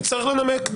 יצטרך לנמק.